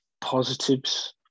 positives